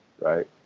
Right